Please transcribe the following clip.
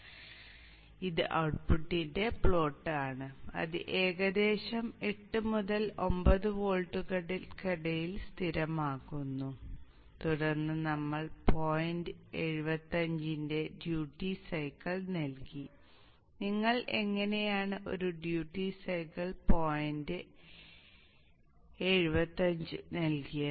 അതിനാൽ ഇത് ഔട്ട്പുട്ടിന്റെ പ്ലോട്ട് ആണ് അത് ഏകദേശം 8 മുതൽ 9 വോൾട്ടുകൾക്കിടയിൽ സ്ഥിരമാക്കുന്നു തുടർന്ന് നമ്മൾ പോയിന്റ് 75 ന്റെ ഡ്യൂട്ടി സൈക്കിൾ നൽകി നിങ്ങൾ എങ്ങനെയാണ് ഒരു ഡ്യൂട്ടി സൈക്കിൾ പോയിന്റ് 7 5 നൽകിയത്